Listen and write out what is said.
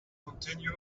continue